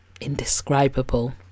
Indescribable